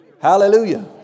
Hallelujah